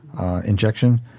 injection